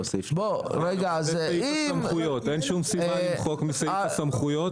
לא סעיף 3. אין שום סיבה למחוק מסעיף הסמכויות.